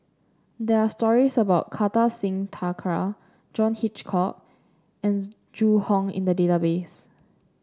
there are stories about Kartar Singh Thakral John Hitchcock and Zhu Hong in the database